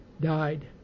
died